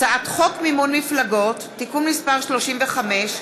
הצעת חוק מימון מפלגות (תיקון מס' 35),